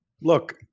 look